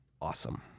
awesome